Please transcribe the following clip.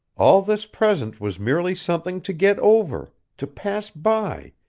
all this present was merely something to get over, to pass by,